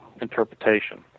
interpretation